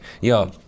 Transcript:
Yo